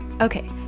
Okay